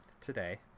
today